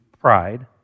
pride